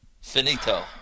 Finito